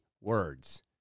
words